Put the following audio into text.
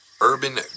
Urban